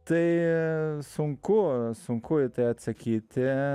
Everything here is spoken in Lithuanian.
tai sunku sunku į tai atsakyti